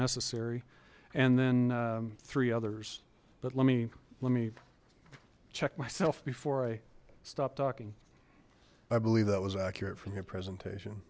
necessary and then three others but let me let me check myself before i stop talking i believe that was accurate from your presentation